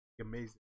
Amazing